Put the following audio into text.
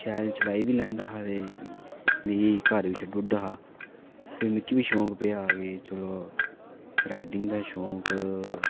ते शैल चलाई बी लैंदा हा ते मिगी घर बी छड्डी ओड़दा हा मिगी बी शौक पेआ कि चलो राइडिंग दा शौक